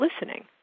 listening